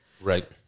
Right